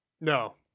No